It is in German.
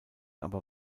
aber